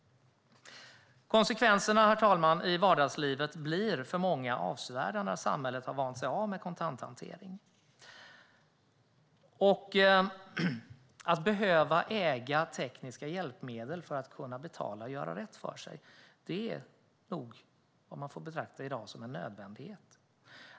Konsekvenserna i vardagslivet, herr talman, blir för många avsevärda när samhället har vant sig av med kontanthantering. Att äga tekniska hjälpmedel för att kunna betala och göra rätt för sig får man nog i dag betrakta som en nödvändighet.